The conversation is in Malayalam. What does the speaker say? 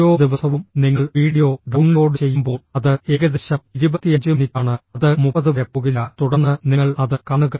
ഓരോ ദിവസവും നിങ്ങൾ വീഡിയോ ഡൌൺലോഡ് ചെയ്യുമ്പോൾ അത് ഏകദേശം 25 മിനിറ്റാണ് അത് 30 വരെ പോകില്ല തുടർന്ന് നിങ്ങൾ അത് കാണുക